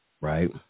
right